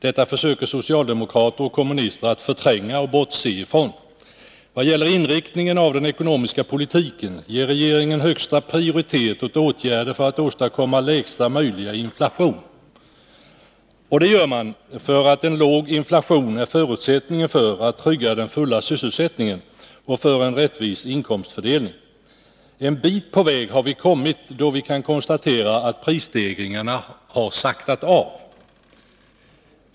Detta försöker socialdemokrater och kommunister att förtränga och bortse ifrån. Vad gäller inriktningen av den ekonomiska politiken ger regeringen högsta prioritet åt åtgärder för att åstadkomma lägsta möjliga inflation. Detta gör man därför att en låg inflation är förutsättningen för att man skall kunna trygga den fulla sysselsättningen och för en rättvis inkomstfördelning. En bit på väg har vi kommit, då vi kan konstatera att prisstegringarna har saktat av.